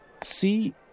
see